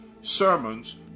sermons